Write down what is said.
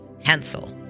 Hansel